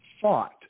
thought